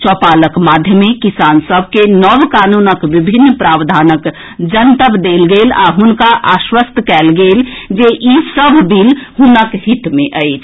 चौपालक माध्यमे किसान सभ के नव कानूनक विभिन्न प्रावधानक जनतब देल गेल आ हुनका आश्वस्त कएल गेल जे ई सभ बिल हुनक हित मे अछि